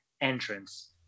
entrance